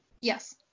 Yes